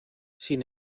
sin